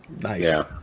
Nice